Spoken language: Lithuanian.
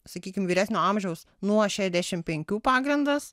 sakykim vyresnio amžiaus nuo šešiasdešim penkių pagrindas